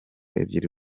ebyiri